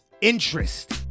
Interest